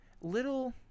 little